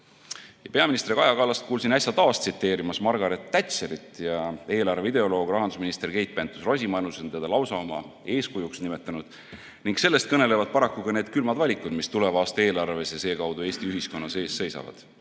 peaminister Kaja Kallast äsja taas tsiteerimas Margaret Thatcherit. Eelarve ideoloog rahandusminister Keit Pentus-Rosimannus on teda lausa oma eeskujuks nimetanud ning sellest kõnelevad paraku ka need külmad valikud, mis tuleva aasta eelarves ja seekaudu Eesti ühiskonnas ees seisavad.